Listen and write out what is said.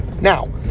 Now